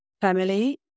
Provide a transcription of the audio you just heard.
family